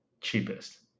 cheapest